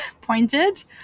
pointed